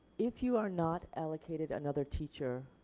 if you are not allocated another teacher